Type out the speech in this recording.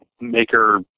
maker